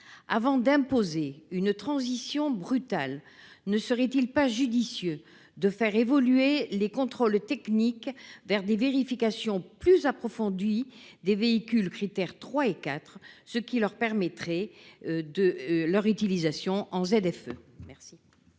Avant d'imposer une transition brutale, ne serait-il pas judicieux de faire évoluer les contrôles techniques vers des vérifications plus approfondies des véhicules à vignette Crit'Air 3 et 4, ce qui permettrait leur utilisation dans les ZFE ?